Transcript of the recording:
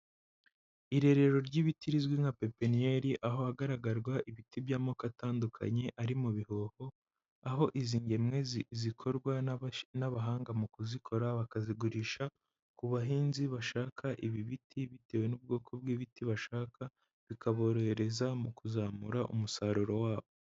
Irerero ry'ibiti rizwi nka pepeniyeri ahagaragarwa ibiti by'amoko atandukanye ari mu bihoho, aho izi ngemwe zikorwa n'abahanga mu kuzikora bakazigurisha ku bahinzi bashaka ibi biti bitewe n'ubwoko bw'ibiti bashaka, bikaborohereza mu kuzamura umusaruro wabo.